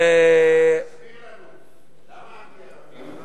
תסביר לנו למה אנטי-ערביים.